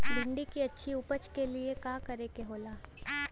भिंडी की अच्छी उपज के लिए का का करे के होला?